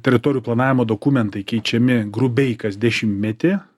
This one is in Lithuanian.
teritorijų planavimo dokumentai keičiami grubiai kas dešimtmetį